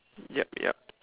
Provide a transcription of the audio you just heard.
yup yup